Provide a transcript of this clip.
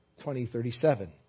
2037